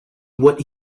what